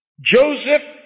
Joseph